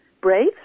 brave